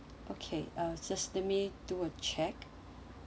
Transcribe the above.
okay uh just a minute do a check